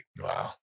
Wow